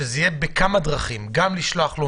שזה יהיה בכמה דרכים: גם לשלוח לו